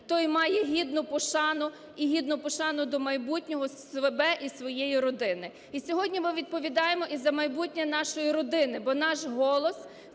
той має гідну пошану і гідну пошану до майбутнього свого і своєї родини. І сьогодні ми відповідаємо і за майбутнє нашої родини, бо наш голос